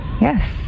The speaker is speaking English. Yes